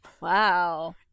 wow